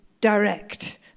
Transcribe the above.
direct